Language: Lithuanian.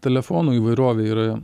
telefonų įvairovė yra